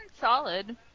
solid